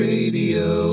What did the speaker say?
Radio